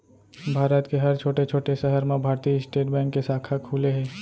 भारत के हर छोटे छोटे सहर म भारतीय स्टेट बेंक के साखा खुले हे